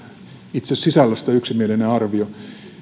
itse sisällöstä yksimielinen arvio